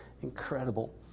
Incredible